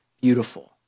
beautiful